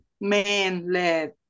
man-led